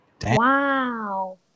Wow